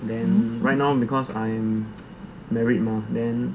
then right now because I'm married mah then